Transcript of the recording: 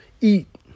eat